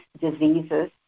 diseases